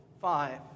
five